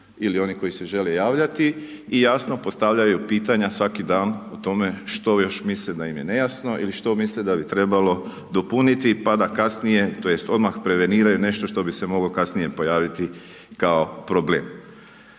ili oni koji se žele javljati i jasno postavljaju pitanja svaki dan o tome što još misle da im je nejasno ili što misle da bi trebalo dopuniti pa da kasnije, tj. odmah preveniraju nešto što bi se moglo kasnije pojaviti kao problem.